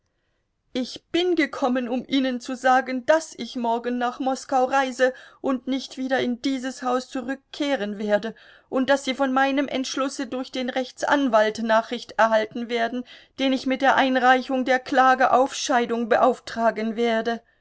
ich bin gekommen um ihnen zu sagen daß ich morgen nach moskau reise und nicht wieder in dieses haus zurückkehren werde und daß sie von meinem entschlusse durch den rechtsanwalt nachricht erhalten werden den ich mit der einreichung der klage auf scheidung beauftragen werde